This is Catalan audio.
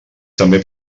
també